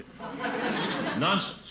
Nonsense